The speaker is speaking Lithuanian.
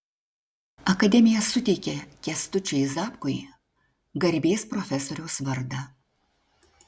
akademija suteikė kęstučiui zapkui garbės profesoriaus vardą